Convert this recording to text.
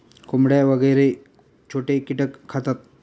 कोंबड्या वगैरे छोटे कीटक खातात